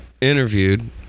interviewed